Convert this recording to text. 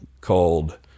called